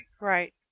right